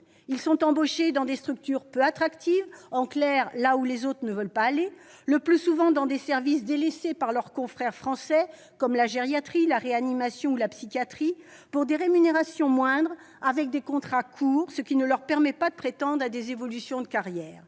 Ils sont embauchés dans des structures peu attractives- en clair, là où les autres ne veulent pas aller -, le plus souvent dans les services délaissés par leurs confrères français comme la gériatrie, la réanimation ou la psychiatrie, pour des rémunérations moindres, avec des contrats courts, ce qui ne leur permet pas de prétendre à des évolutions de carrière.